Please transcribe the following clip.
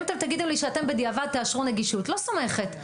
אם אתם תגידו לי שאתם בדיעבד תאשרו נגישות וואלה,